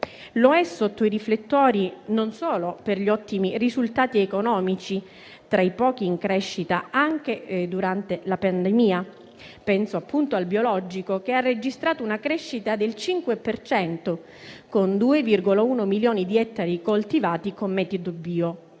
è sotto i riflettori per gli ottimi risultati economici, essendo tra i pochi in crescita anche durante la pandemia. Penso, appunto, al biologico, che ha registrato una crescita del 5 per cento, con 2,1 milioni di ettari coltivati con metodo bio.